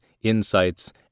insights